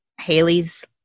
Haley's